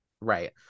right